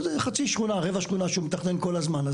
זה חצי שכונה, רבע שכונה, שהוא מתכנן כל הזמן.